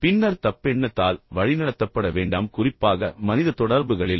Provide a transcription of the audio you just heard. பின்னர் தப்பெண்ணத்தால் வழிநடத்தப்பட வேண்டாம் குறிப்பாக மனித தொடர்புகளில்